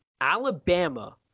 alabama